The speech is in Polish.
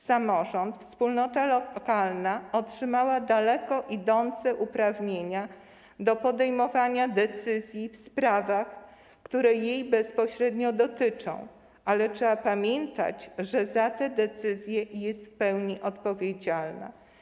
Samorząd to wspólnota lokalna, która otrzymała daleko idące uprawnienia do podejmowania decyzji w sprawach, które jej bezpośrednio dotyczą, ale trzeba pamiętać, że za te decyzje jest w pełni odpowiedzialna.